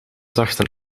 dachten